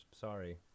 sorry